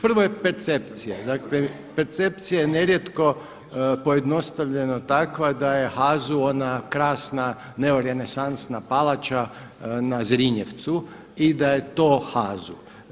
Prvo je percepcija, dakle percepcija je ne rijetko pojednostavljeno takva da je HAZU ona krasna, neorenesansna palača na Zrinjevcu i da je to HAZU.